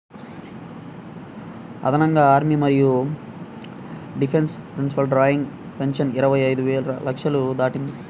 అదనంగా ఆర్మీ మరియు defence personnel drawing pension ఇరవై ఐదు లక్షలు దాటింది